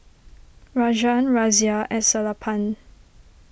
Rajan Razia and Sellapan